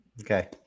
okay